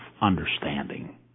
understanding